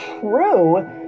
true